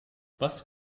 was